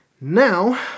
now